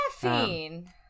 caffeine